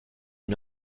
une